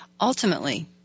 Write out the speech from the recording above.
Ultimately